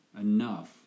enough